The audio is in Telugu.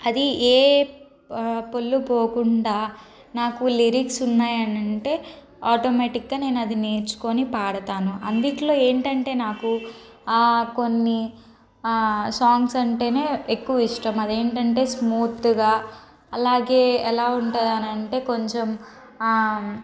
అది ఏ పొల్లుపోకుండా నాకు లిరిక్స్ ఉన్నాయనంటే ఆటోమేటిక్గా నేనది నేర్చుకొని పాడతాను అందులో ఏంటంటే నాకు కొన్ని సాంగ్స్ అంటేనే ఎక్కువ ఇష్టం అదేంటంటే స్మూత్గా అలాగే ఎలా ఉంటుందనంటే కొంచెం